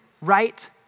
right